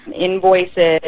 invoices,